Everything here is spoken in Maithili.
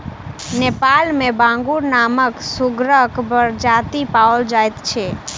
नेपाल मे बांगुर नामक सुगरक प्रजाति पाओल जाइत छै